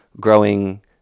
growing